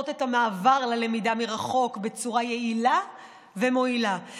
את המעבר ללמידה מרחוק בצורה יעילה ומועילה,